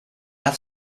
have